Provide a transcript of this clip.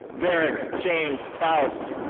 verrick james foust.